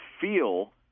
feel